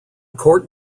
court